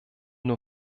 nur